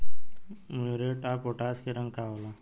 Muriate of potash के रंग का होला?